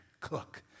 cook